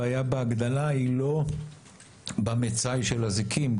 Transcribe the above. הבעיה בהגדלה היא לא במצאי של אזיקים,